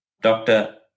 Doctor